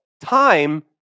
Time